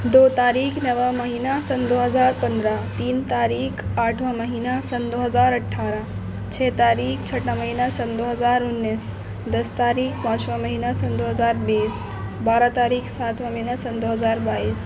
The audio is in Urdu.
دو تاریخ نواں مہینہ سن دو ہزار پندرہ تین تاریخ آٹھواں مہینہ سن دو ہزار اٹھارہ چھ تاریخ چھٹا مہینہ سن دو ہزار انیس دس تاریخ پانچواں مہینہ سن دو ہزار بیس بارہ تاریخ ساتواں مہینہ سن دو ہزار بائیس